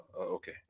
okay